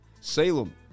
Salem